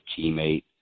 teammate